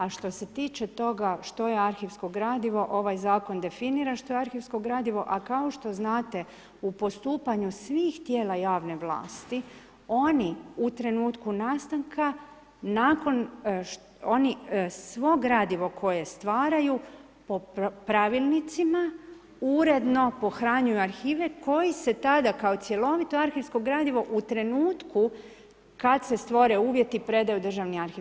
A što se tiče toga, što je arhivsko gradivo, ovaj zakon definira što je arhivsko gradivo, a kao što znate u postupanju svih tijela javne vlasti, oni u trenutku nastanka, nakon, oni svo gradivo koje stvaraju pravilnicima, uredno pohranjuju arhive, koje se tada kao cjelovito arhivsko gradivo u trenutku kada se stvore uvjeti predaju u državni arhiv.